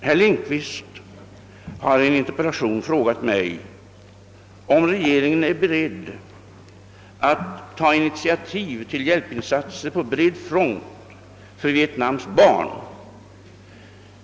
Herr talman! Herr Lindkvist har i en interpellation frågat mig, om regeringen är beredd att ta initiativ till hjälpinsatser på bred front för Vietnams barn.